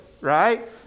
right